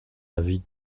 avis